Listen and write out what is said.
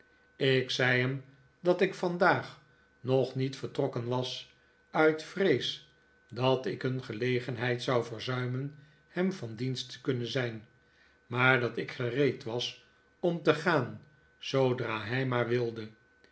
ik zei hem dat ik vandaag nog niet vertrokken was uit vrees dat ik een gelegenheid zou verzuimen hem van dienst i e kunnen zijn maar dat ik gereed was om te gaan zoodra hij maar wilde